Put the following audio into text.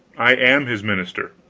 i am his minister,